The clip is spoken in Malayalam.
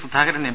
സുധാകരൻ എം